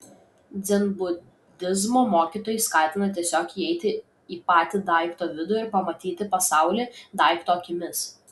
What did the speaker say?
dzenbudizmo mokytojai skatina tiesiog įeiti į patį daikto vidų ir pamatyti pasaulį daikto akimis